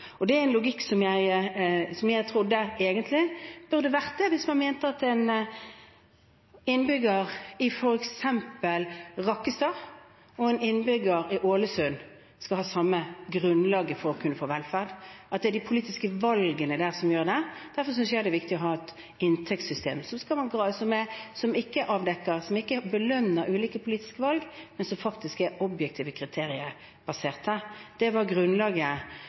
Det er en logikk som jeg trodde egentlig burde vært klar hvis man mener at en innbygger i f.eks. Rakkestad og en innbygger i Ålesund skal ha det samme grunnlaget for å kunne få velferd, at det er de politiske valgene som avgjør det. Derfor synes jeg det er viktig å ha et inntektssystem som ikke belønner ulike politiske valg, men som faktisk er basert på objektive kriterier. Det var grunnlaget for det inntektssystemet opprinnelig, og så har vi hatt noen tiltak innenfor det